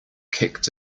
kicked